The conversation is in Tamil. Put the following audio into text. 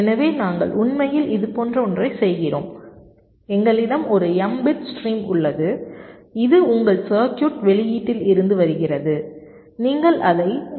எனவே நாங்கள் உண்மையில் இதுபோன்ற ஒன்றைச் செய்கிறோம் எங்களிடம் ஒரு m பிட் ஸ்ட்ரீம் உள்ளது இது உங்கள் சர்க்யூட் வெளியீட்டில் இருந்து வருகிறது நீங்கள் அதை எல்